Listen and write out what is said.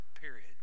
period